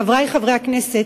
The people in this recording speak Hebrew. חברי חברי הכנסת,